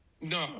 no